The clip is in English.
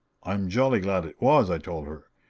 i'm jolly glad it was! i told her.